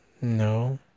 no